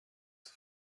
zur